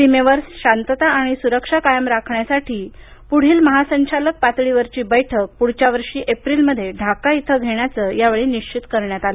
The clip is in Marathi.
सीमेवर शांतता आणि सुरक्षा कायम राखण्यासाठी पुढील महासंचालक पातळीवरची बैठक पुढच्या वर्षी एप्रिलमध्ये ढाका इथं घेण्याचं यावेळी निश्वित करण्यात आलं